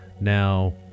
now